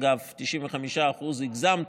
אגב, 95% הגזמת.